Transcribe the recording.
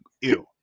Ew